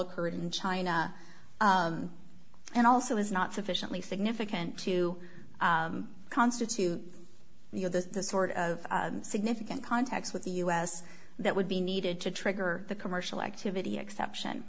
occurred in china and also is not sufficiently significant to constitute you know the sort of significant contacts with the us that would be needed to trigger the commercial activity exception